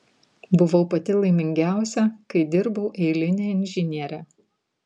buvau pati laimingiausia kai dirbau eiline inžiniere